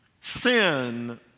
sin